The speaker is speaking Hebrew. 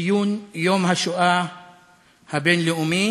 לציון יום השואה הבין-לאומי,